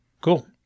cool